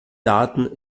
daten